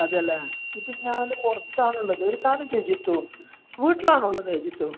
അതെ അല്ലേ ഇപ്പം ഞാൻ പുറത്താണുള്ളത് ഒരു കാര്യം ചെയ്യൂ ജിത്തു വീട്ടിലാണോ ഉള്ളത് ജിത്തു